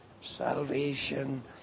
salvation